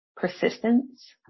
persistence